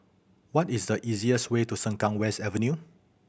what is the easiest way to Sengkang West Avenue